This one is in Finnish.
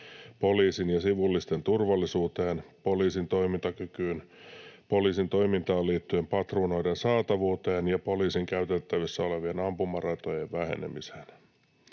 poliisin ja sivullisten turvallisuuteen, poliisin toimintakykyyn, poliisin toimintaan liittyen patruunoiden saatavuuteen ja poliisin käytettävissä olevien ampumaratojen vähenemiseen.